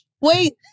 Wait